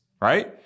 right